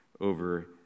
over